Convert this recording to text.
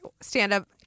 stand-up